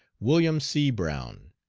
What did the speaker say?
william c. brown,